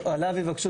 עליו יבקשו